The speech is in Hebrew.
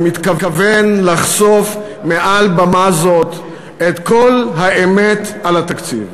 אני מתכוון לחשוף מעל במה זו את כל האמת על התקציב.